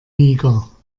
niger